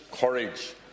courage